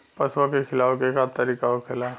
पशुओं के खिलावे के का तरीका होखेला?